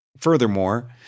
Furthermore